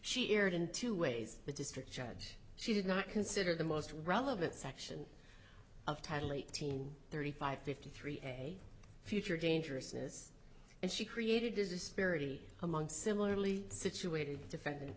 she erred in two ways the district judge she did not consider the most relevant section of title eighteen thirty five fifty three a future dangerousness and she created this disparity among similarly situated defendant